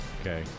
Okay